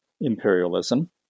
imperialism